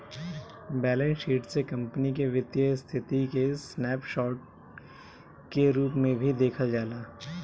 balance sheet से company के वित्तीय स्थिति के स्नैप शोर्ट के रूप में भी देखल जाला